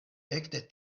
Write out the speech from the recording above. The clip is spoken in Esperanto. ekde